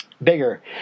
Bigger